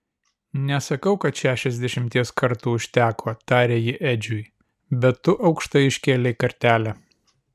nesakau kad šešiasdešimties kartų užteko tarė ji edžiui bet tu aukštai iškėlei kartelę